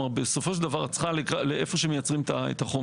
בסופו של דבר את צריכה איפה שמייצרים את החומר.